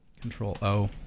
Control-O